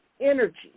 energy